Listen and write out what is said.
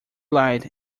lied